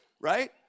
right